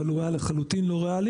אבל הוא היה לחלוטין לא ריאלי.